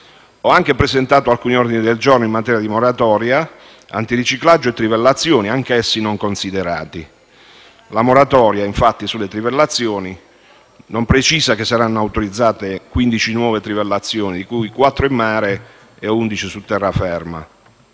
Ho anche presentato alcuni ordini del giorno in materia di moratoria antiriciclaggio e trivellazione, anch'essi non considerati. La moratoria sulle trivellazioni, infatti, non precisa che saranno autorizzate 15 nuove rivelazioni, di cui 4 in mare e 11 su terraferma.